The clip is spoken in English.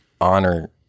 honor